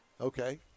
Okay